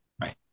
Right